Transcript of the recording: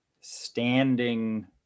standing